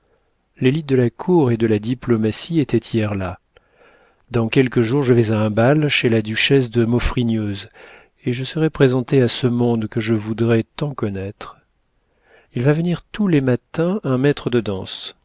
l'élite de la cour et de la diplomatie était hier là dans quelques jours je vais à un bal chez la duchesse de maufrigneuse et je serai présentée à ce monde que je voudrais tant connaître il va venir tous les matins un maître de danse